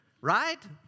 Right